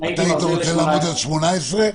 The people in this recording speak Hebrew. היית רוצה לעמוד על 18?